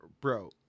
Bro